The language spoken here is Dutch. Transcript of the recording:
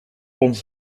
onze